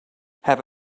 have